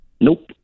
Nope